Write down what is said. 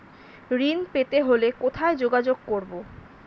ঋণ পেতে হলে কোথায় যোগাযোগ করব?